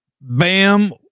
Bam